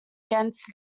against